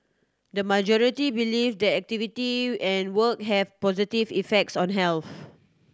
the majority believe that activity and work have positive effects on health